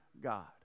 God